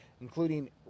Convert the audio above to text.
including